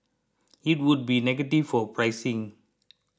it would be negative for pricing